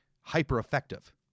hyper-effective